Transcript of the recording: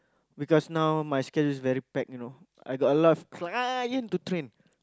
because now my schedule is very packed you know I got a lot of client to train